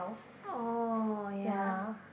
oh ya